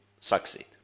succeed